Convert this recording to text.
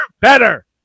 better